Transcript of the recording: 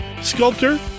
sculptor